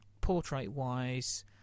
portrait-wise